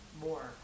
more